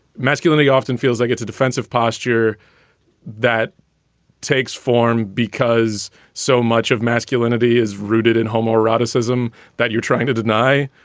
masculinity often feels like it's a defensive posture that takes form because so much of masculinity is rooted in homoeroticism that you're trying to deny